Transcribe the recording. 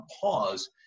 pause